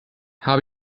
habe